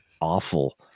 awful